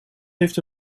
heeft